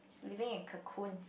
she living in cocoons